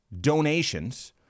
donations –